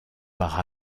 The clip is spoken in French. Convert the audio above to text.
par